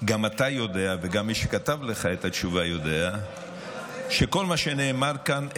גם אתה יודע וגם מי שכתב לך את התשובה יודע שכל מה שנאמר כאן,